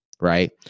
right